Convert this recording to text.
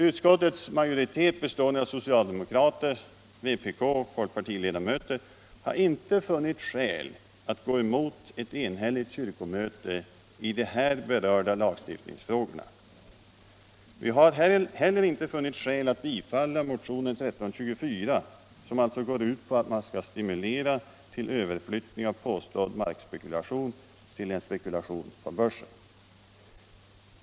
Utskottets majoritet, bestående av socialdemokrater samt vpkoch folkpartiledamöter, har inte funnit skäl att gå emot ett enhälligt kyrkomöte i de här berörda lagstiftningsfrågorna. Vi har inte heller funnit skäl att tillstyrka motionen 1324, som går ut på att stimulera till överflyttning från påstådd markspekulation till spekulation på börsen.